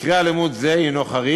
מקרה אלימות זה הוא חריג,